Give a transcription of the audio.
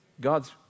God's